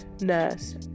nurse